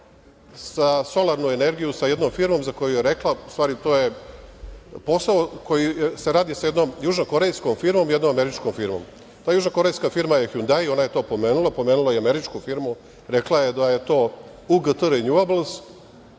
za solarnu energiju sa jednom firmom za koju je rekla, u stvari to je posao koji se radi sa jednom južnokorejskom firmom i jednom američkom firmom. Ta južnokorejska firma je „Hjundai“, ona je to pomenula, pomenula i američku firmu. Rekla je da je to „UGT Rejunabls“,